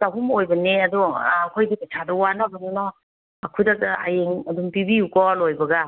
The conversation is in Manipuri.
ꯆꯍꯨꯝ ꯑꯣꯏꯕꯅꯦ ꯑꯗꯣ ꯑꯩꯈꯣꯏꯗꯤ ꯄꯩꯁꯥꯗꯣ ꯋꯥꯅꯕꯅꯤꯅ ꯈꯨꯗꯛꯇ ꯍꯌꯦꯡ ꯑꯗꯨꯝ ꯄꯤꯕꯤꯌꯨꯀꯣ ꯂꯣꯏꯕꯒ